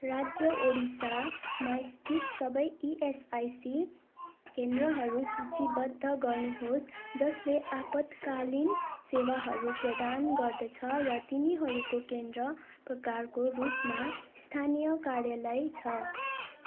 राज्य उडिसामा स्थित सबै इएसआइसी केन्द्रहरू सूचीबद्ध गर्नुहोस् जसले आपतकालीन सेवाहरू प्रदान गर्दछ र तिनीहरूको केन्द्र प्रकारको रूपमा स्थानीय कार्यालय छ